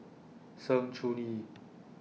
Sng Choon Yee